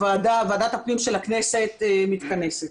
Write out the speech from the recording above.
ועדת הפנים של הכנסת מתכנסת.